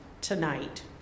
tonight